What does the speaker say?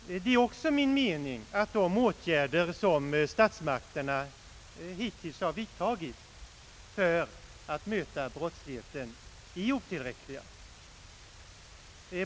Det är också min mening att de åtgärder som statsmakterna hittills vidtagit för att möta brottsligheten är otillräckliga.